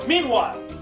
Meanwhile